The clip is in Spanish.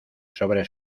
sobre